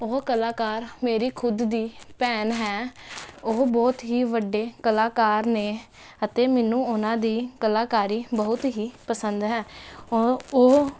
ਉਹ ਕਲਾਕਾਰ ਮੇਰੀ ਖੁਦ ਦੀ ਭੈਣ ਹੈ ਉਹ ਬਹੁਤ ਹੀ ਵੱਡੇ ਕਲਾਕਾਰ ਨੇ ਅਤੇ ਮੈਨੂੰ ਉਹਨਾਂ ਦੀ ਕਲਾਕਾਰੀ ਬਹੁਤ ਹੀ ਪਸੰਦ ਹੈ ਉਹ ਉਹ